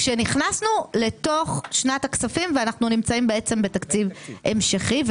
כשנכנסנו לתוך שנת הכספים ואנחנו נמצאים בתקציב המשכי,